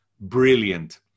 brilliant